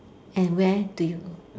and where do you